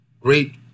Great